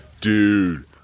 Dude